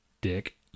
Dick